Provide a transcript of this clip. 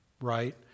right